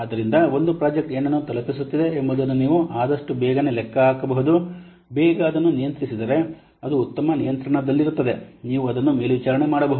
ಆದ್ದರಿಂದ ಒಂದು ಪ್ರಾಜೆಕ್ಟ್ ಏನನ್ನು ತಲುಪಿಸುತ್ತಿದೆ ಎಂಬುದನ್ನು ನೀವು ಆದಷ್ಟು ಬೇಗನೆ ಲೆಕ್ಕ ಹಾಕಬಹುದು ಬೇಗ ಅದನ್ನು ನಿಯಂತ್ರಿಸಿದರೆ ಅದು ಉತ್ತಮ ನಿಯಂತ್ರಣದಲ್ಲಿರುತ್ತದೆ ನೀವು ಅದನ್ನು ಮೇಲ್ವಿಚಾರಣೆ ಮಾಡಬಹುದು